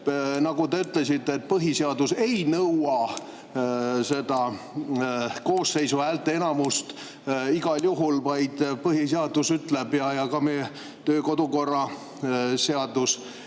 nagu te ütlesite, et põhiseadus ei nõua koosseisu häälteenamust igal juhul, vaid põhiseadus ütleb ning ka töö‑ ja kodukorra seadus